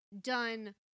done